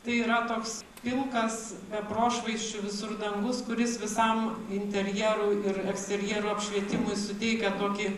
tai yra toks pilkas be prošvaisčių visur dangus kuris visam interjerui ir eksterjero apšvietimui suteikia tokį